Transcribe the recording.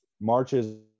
marches